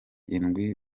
indwi